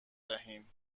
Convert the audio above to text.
دهیم